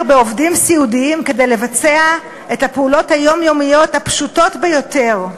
בעובדים סיעודיים כדי לבצע את הפעולות היומיומיות הפשוטות ביותר.